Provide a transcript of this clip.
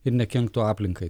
ir nekenktų aplinkai